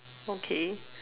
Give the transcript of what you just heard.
okay